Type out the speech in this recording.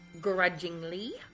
Grudgingly